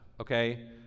okay